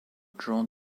drawn